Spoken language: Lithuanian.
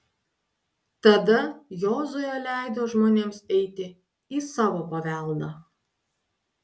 tada jozuė leido žmonėms eiti į savo paveldą